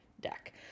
deck